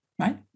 Right